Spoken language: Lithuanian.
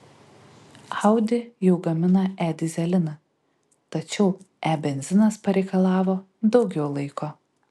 audi jau gamina e dyzeliną tačiau e benzinas pareikalavo daugiau laiko